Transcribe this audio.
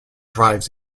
drives